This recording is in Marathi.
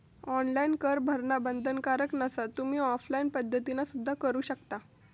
ऑनलाइन कर भरणा बंधनकारक नसा, तुम्ही ऑफलाइन पद्धतीना सुद्धा करू शकता